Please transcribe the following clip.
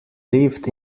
lived